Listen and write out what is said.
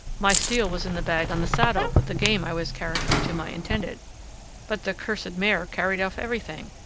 my steel was in the bag on the saddle with the game i was carrying to my intended but the cursed mare carried off everything,